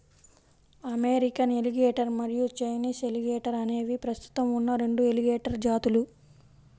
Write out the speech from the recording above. American alligator మరియు Chinese alligator అనేవి ప్రస్తుతం ఉన్న రెండు ఎలిగేటర్ జాతులు